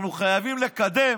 אנחנו חייבים לקדם